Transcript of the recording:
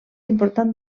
important